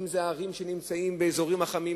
אם הערים שנמצאות באזורים החמים,